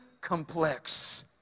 complex